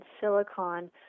silicon